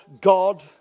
God